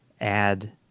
add